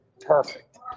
Perfect